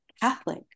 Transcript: Catholic